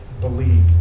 believe